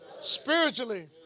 Spiritually